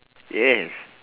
yes